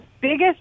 biggest